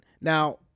Now